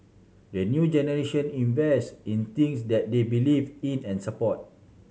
the new generation invest in things that they believe in and support